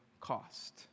cost